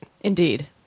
Indeed